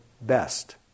best